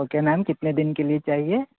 okay ma'am कितने दिन के लिए चाहिए